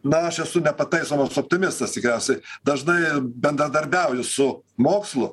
na aš esu nepataisomas optimistas tikriausiai dažnai bendradarbiauju su mokslu